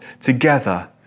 together